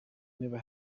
never